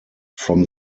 from